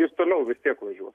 jis toliau vis tiek važiuos